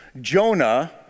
Jonah